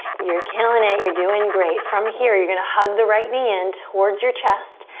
you're killin' it, you're doin' great. from here, you're gonna hug the right knee in towards your chest,